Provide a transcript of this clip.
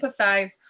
empathize